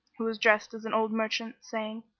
who was dressed as an old merchant, saying,